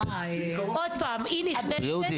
בריאות זה